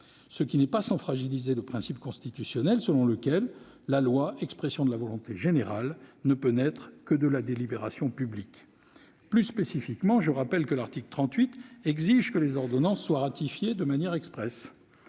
ce qui n'est pas sans fragiliser le principe constitutionnel selon lequel la loi, expression de la volonté générale, ne peut naître que de la délibération publique. Plus spécifiquement, je rappelle que l'article 38 de la Constitution exige que les ordonnances soient ratifiées de manière expresse.